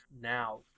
now